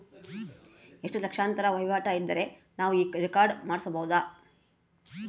ಎಷ್ಟು ಲಕ್ಷಾಂತರ ವಹಿವಾಟು ಇದ್ದರೆ ನಾವು ಈ ಕಾರ್ಡ್ ಮಾಡಿಸಬಹುದು?